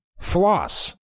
floss